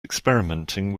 experimenting